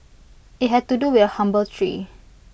IT had to do with A humble tree